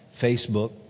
Facebook